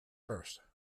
first